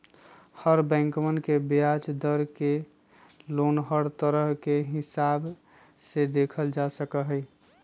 हर बैंकवन के ब्याज दर के लोन हर तरह के हिसाब से देखल जा सका हई